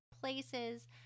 places